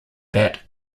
that